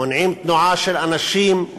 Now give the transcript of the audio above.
מונעים תנועה של אנשים,